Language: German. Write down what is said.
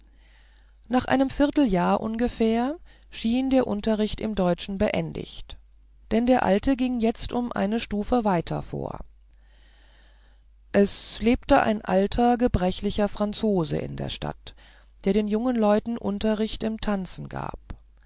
nach einem vierteljahr ungefähr schien der unterricht im deutschen beendigt denn der alte ging jetzt um eine stufe weiter vor es lebte ein alter gebrechlicher franzose in der stadt der den jungen leuten unterricht im tanzen gab